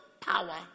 power